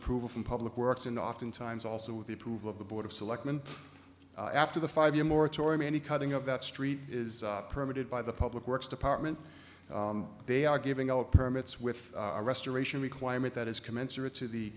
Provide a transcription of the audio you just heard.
approval from public works and often times also with the approval of the board of selectmen after the five year moratorium any cutting of that street is permitted by the public works department they are giving out permits with a restoration requirement that is commensurate to the